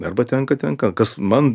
arba tenka tenka kas man